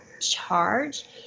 charge